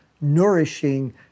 nourishing